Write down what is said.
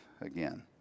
again